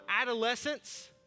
adolescence